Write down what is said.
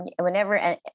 whenever